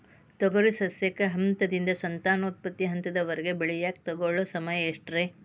ತೊಗರಿ ಸಸ್ಯಕ ಹಂತದಿಂದ, ಸಂತಾನೋತ್ಪತ್ತಿ ಹಂತದವರೆಗ ಬೆಳೆಯಾಕ ತಗೊಳ್ಳೋ ಸಮಯ ಎಷ್ಟರೇ?